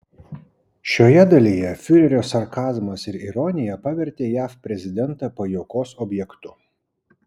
šioje dalyje fiurerio sarkazmas ir ironija pavertė jav prezidentą pajuokos objektu